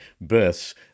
births